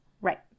Right